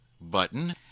button